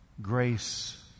Grace